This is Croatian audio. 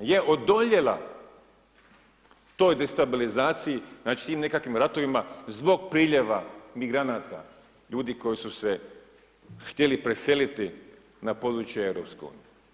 je odoljela toj destabilizaciji znači i nekakvim ratovima zbog priljeva migranata, ljudi koji su se htjeli preseliti na područje EU.